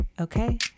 okay